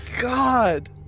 God